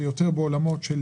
זה יותר בעולמות של